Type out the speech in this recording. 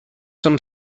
some